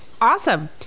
awesome